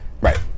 Right